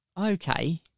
Okay